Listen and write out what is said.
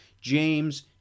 James